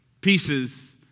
pieces